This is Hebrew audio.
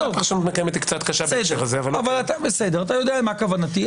פרשנות מקיימת קצת קשה במקרה הזה.